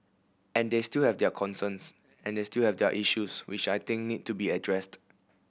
and they still have their concerns and they still have their issues which I think need to be addressed